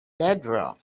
bedroom